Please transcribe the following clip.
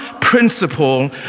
principle